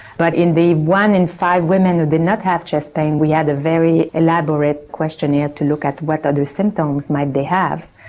but in the one in five women who did not have chest pain we had a very elaborate questionnaire to look at what other symptoms might they have.